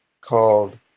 called